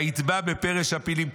ויטבע בפרש הפילים".